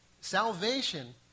Salvation